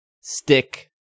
stick